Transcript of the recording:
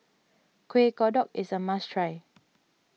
Kueh Kodok is a must try